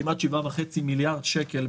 כמעט שבעה וחצי מיליארד שקל,